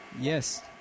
Yes